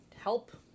help